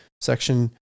section